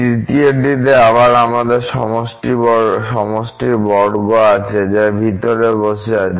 তৃতীয়টিতে আমাদের আবার সমষ্টির বর্গ আছে যা ভিতরে বসে আছে